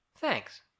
thanks